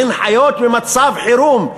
הן חיות במצב חירום.